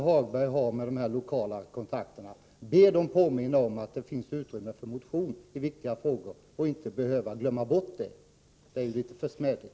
Herr talman! Vid nästa lokala kontakt herr Hagberg har kan han påminnas om att det finns utrymme för motioner i viktiga frågor. Det är litet försmädligt att behöva glömma bort det.